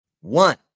one